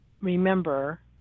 remember